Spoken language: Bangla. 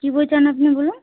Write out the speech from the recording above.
কি বই চান আপনি বলুন